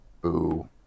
boo